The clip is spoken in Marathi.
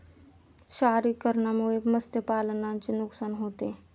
क्षारीकरणामुळे मत्स्यपालनाचे नुकसान होते